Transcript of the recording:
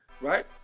right